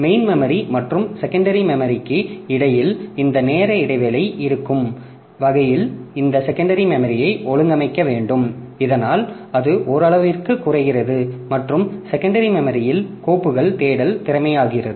main memory மற்றும் secondary மெமரிக்கு இடையில் இந்த நேர இடைவெளி இருக்கும் வகையில் இந்த செகண்டரி மெமரியை ஒழுங்கமைக்க வேண்டும் இதனால் அது ஓரளவிற்கு குறைகிறது மற்றும் செகண்டரி மெமரியில் கோப்புகள் தேடல் திறமையாகிறது